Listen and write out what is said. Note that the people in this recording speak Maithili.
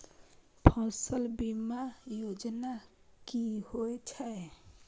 फसल बीमा योजना कि होए छै?